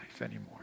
anymore